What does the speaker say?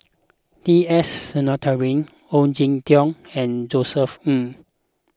T S Sinnathuray Ong Jin Teong and Josef Ng